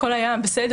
הכול היה בסדר,